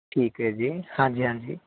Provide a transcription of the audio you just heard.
ਠੀਕ ਹੈ ਜੀ ਹਾਂਜੀ ਹਾਂਜੀ